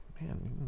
man